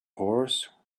horse